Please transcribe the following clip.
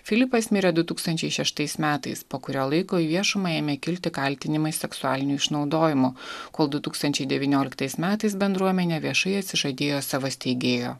filipas mirė du tūkstančiai šeštais metais po kurio laiko į viešumą ėmė kilti kaltinimai seksualiniu išnaudojimu kol du tūkstančiai devynioliktais metais bendruomenė viešai atsižadėjo savo steigėjo